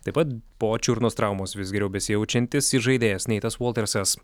taip pat po čiurnos traumos vis geriau besijaučiantis įžaidėjas neitas voltersas